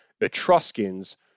Etruscans